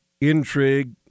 intrigue